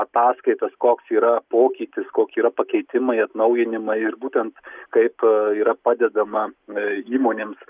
ataskaitas koks yra pokytis kokie yra pakeitimai atnaujinimai ir būtent kaip yra padedama įmonėms